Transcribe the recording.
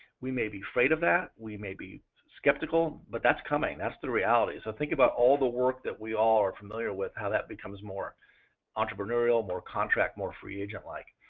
we may be afraid of that, we may be skeptical but that's coming, that's the reality. so think about all the work that we all are familiar with how that becomes more entrepreneurial, more contract, more free agent like.